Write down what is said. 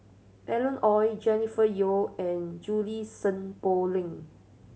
Alan Oei Jennifer Yeo and Junie Sng Poh Leng